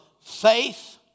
faith